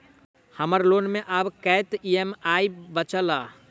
हम्मर लोन मे आब कैत ई.एम.आई बचल ह?